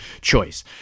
choice